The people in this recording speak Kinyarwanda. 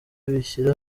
bishyira